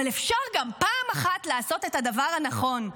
אבל אפשר גם פעם אחת לעשות את הדבר הנכון,